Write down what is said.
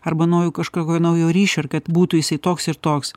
arba noriu kažkokio naujo ryšio ir kad būtų jisai toks ir toks